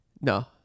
no